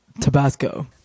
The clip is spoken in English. Tabasco